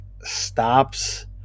stops